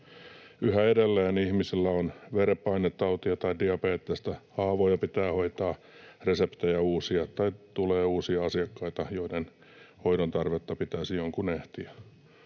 Yhä edelleen ihmisillä on verenpainetautia tai diabetesta, haavoja pitää hoitaa, reseptejä uusia tai tulee uusia asiakkaita, joiden hoidon tarvetta pitäisi jonkun ehtiä